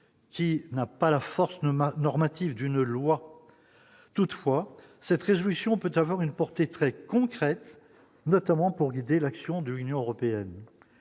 qui n'a pas la force ne m'a normatif d'une loi toutefois cette résolution peut avoir une portée très concrètes, notamment pour guider l'action de l'Union européenne,